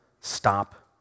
stop